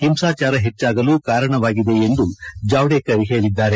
ಹಿಂಸಾಚಾರ ಹೆಚ್ಚಾಗಲು ಕಾರಣವಾಗಿದೆ ಎಂದು ಜಾವ್ನೇಕರ್ ಹೇಳಿದ್ದಾರೆ